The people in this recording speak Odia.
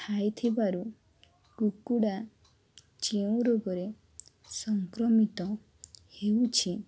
ଖାଇଥିବାରୁ କୁକୁଡ଼ା ଯେଉଁ ରୋଗରେ ସଂକ୍ରମିତ ହେଉଛି